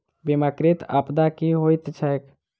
बीमाकृत आपदा की होइत छैक?